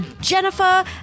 Jennifer